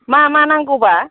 मा मा नांगौबा